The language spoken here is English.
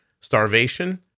starvation